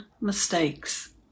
mistakes